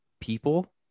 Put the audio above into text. people